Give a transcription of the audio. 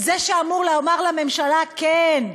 זה שאמור לומר לממשלה: כן,